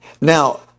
Now